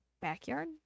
Backyard